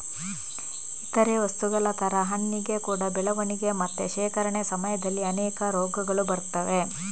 ಇತರೇ ವಸ್ತುಗಳ ತರ ಹಣ್ಣಿಗೆ ಕೂಡಾ ಬೆಳವಣಿಗೆ ಮತ್ತೆ ಶೇಖರಣೆ ಸಮಯದಲ್ಲಿ ಅನೇಕ ರೋಗಗಳು ಬರ್ತವೆ